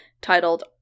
titled